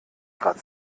grad